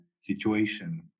situation